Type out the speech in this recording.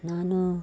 ನಾನು